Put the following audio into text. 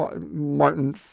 Martin